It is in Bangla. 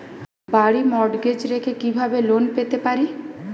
বাড়ি মর্টগেজ রেখে কিভাবে লোন পেতে পারি?